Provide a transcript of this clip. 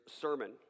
sermon